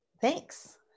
Thanks